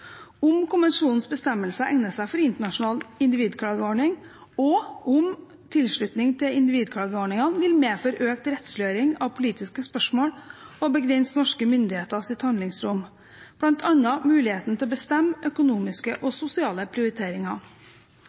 om konvensjonenes bestemmelser egner seg for internasjonal individklagebehandling om tilslutning til individklageordningene vil medføre økt rettsliggjøring av politiske spørsmål og begrense norske myndigheters handlingsrom – bl.a. muligheten til å bestemme økonomiske og sosiale prioriteringer